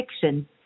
fiction